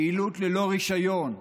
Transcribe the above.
פעילות ללא רישיון,